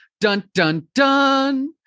dun-dun-dun